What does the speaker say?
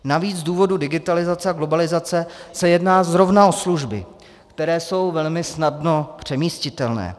Navíc z důvodu digitalizace a globalizace se jedná zrovna o služby, které jsou velmi snadno přemístitelné.